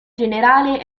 generale